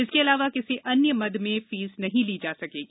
इसके अलावा किसी अन्य मद में फीस नहीं ली जा सकेगी